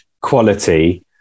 quality